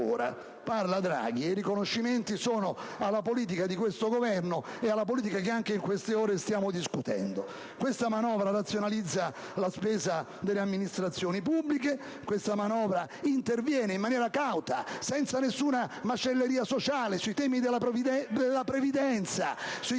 Parla Draghi e i riconoscimenti sono alla politica di questo Governo e alla politica che in queste ore stiamo discutendo. Questa manovra razionalizza la spesa delle amministrazioni pubbliche, interviene in maniera cauta, senza alcuna macelleria sociale, sui temi della previdenza